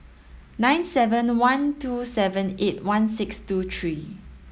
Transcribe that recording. nine seven one two seven eight one six two three